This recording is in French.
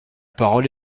parole